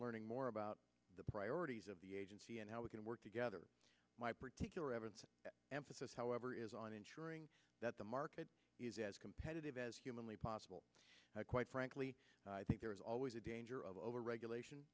learning more about the priorities of the agency and how we can work together my particular evidence emphasis however is on ensuring that the market is as competitive as humanly possible i quite frankly i think there is always a danger of overregulation